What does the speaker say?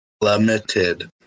Limited